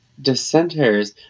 dissenters